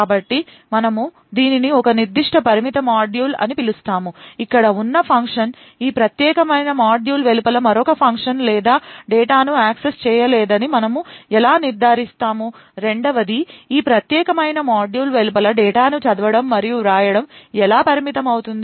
కాబట్టి మనము దీనిని ఒక నిర్దిష్ట పరిమిత మాడ్యూల్ అని పిలుస్తాము ఇక్కడ ఉన్న ఫంక్షన్ ఈ ప్రత్యేకమైన మాడ్యూల్ వెలుపల మరొక ఫంక్షన్ లేదా డేటాను యాక్సెస్ చేయలేదని మనము ఎలా నిర్ధారిస్తాము రెండవది ఈ ప్రత్యేకమైన మాడ్యూల్ వెలుపల డేటాను చదవడం మరియు వ్రాయడం ఎలా పరిమితం అవుతుంది